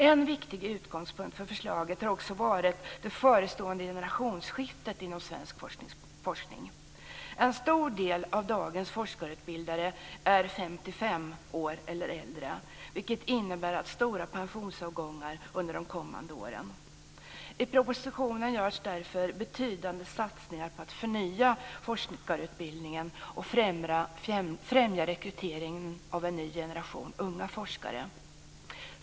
En viktig utgångspunkt för förslaget har också varit det förestående generationsskiftet inom svensk forskning. En stor del av dagens forskarutbildare är 55 år eller äldre, vilket innebär stora pensionsavgångar under de kommande åren. I propositionen görs därför betydande satsningar på att förnya forskarutbildningen och främja rekrytering av en ny generation unga forskare.